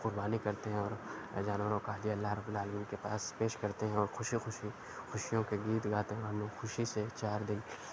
قربانی کرتے ہیں اور جانوروں کا حدیہ اللہ رب العٰملین کے پاس پیش کرتے ہیں اور خوشی خوشی خوشیوں کے گیت گاتے ہیں ہم لوگ خوشی سے چار دِن